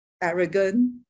arrogant